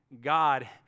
God